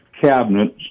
cabinets